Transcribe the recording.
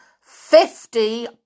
Fifty